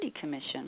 Commission